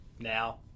Now